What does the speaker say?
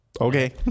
Okay